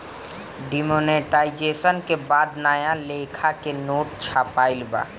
demonetisation के बाद नया लेखा के नोट छपाईल बा